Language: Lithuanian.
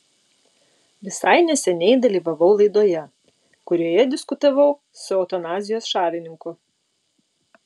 visai neseniai dalyvavau laidoje kurioje diskutavau su eutanazijos šalininku